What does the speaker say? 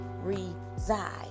reside